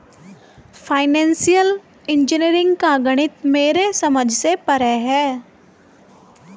financial engineering का गणित मेरे समझ से परे है